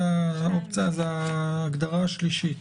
זה ההגדרה השלישית.